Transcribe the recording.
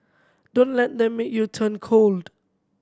don't let them make you turn cold